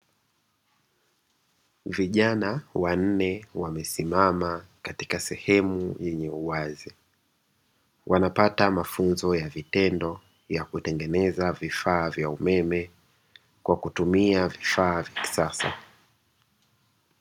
Vijana wanne wamesimama katika sehemu yenye uwazi, wanapata mafunzo ya vitendo ya kutengeneza vifaa vya umeme kwa kutumia vifaa vya kisasa.